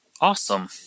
Awesome